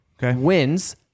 wins